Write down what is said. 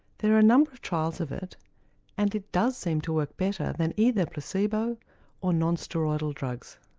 there are a number of trials of it and it does seem to work better than either placebo or non-steroidal drugs.